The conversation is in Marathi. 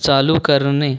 चालू करणे